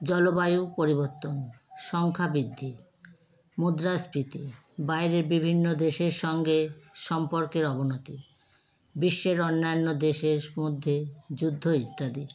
জলবায়ু পরিবর্তন সংখ্যা বৃদ্ধি মুদ্রাস্ফীতি বাইরে বিভিন্ন দেশের সঙ্গে সম্পর্কের অবনতি বিশ্বের অন্যান্য দেশের মধ্যে যুদ্ধ ইত্যাদি